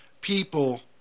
people